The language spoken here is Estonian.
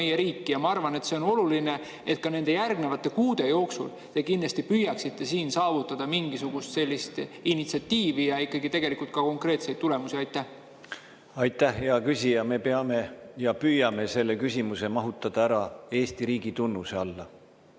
Ma arvan, et see on oluline, et te ka järgnevate kuude jooksul kindlasti püüaksite siin saavutada mingisugust sellist initsiatiivi ja tegelikult ka konkreetseid tulemusi. Aitäh, hea küsija! Me peame ja püüame selle küsimuse mahutada ära Eesti riigitunnuse alla.